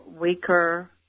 weaker